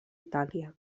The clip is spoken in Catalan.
itàlia